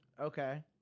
Okay